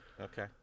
Okay